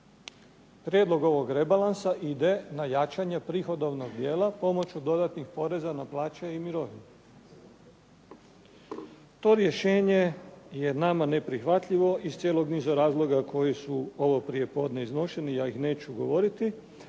Prijedlog ovog rebalansa ide na jačanje prihodovnog dijela pomoću dodatnih poreza na plaće i mirovine. To rješenje je nama neprihvatljivo iz cijelog niza razloga koji su ovo prijepodne iznošeni, ja ih neću govoriti